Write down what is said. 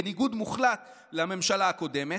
בניגוד מוחלט לממשלה הקודמת?